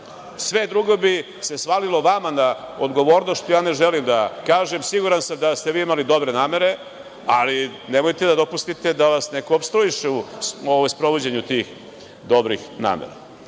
drugo bi se svalilo vama na odgovornost, što ja ne želim da kažem. Siguran sam da ste vi imali dobre namere, ali nemojte da dopustite da vas neko opstruiše u sprovođenju tih dobrih namera. Hajdemo